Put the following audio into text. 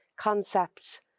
concept